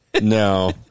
No